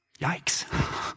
Yikes